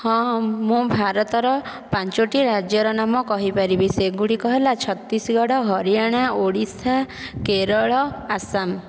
ହଁ ମୁଁ ଭାରତର ପାଞ୍ଚୋଟି ରାଜ୍ୟର ନାମ କହିପାରିବି ସେଗୁଡ଼ିକ ହେଲା ଛତିଶଗଡ଼ ହରିୟାଣା ଓଡ଼ିଶା କେରଳ ଆସାମ